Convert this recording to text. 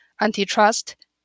antitrust